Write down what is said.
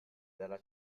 dalla